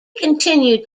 continued